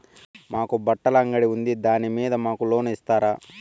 మాకు బట్టలు అంగడి ఉంది దాని మీద మాకు లోను ఇస్తారా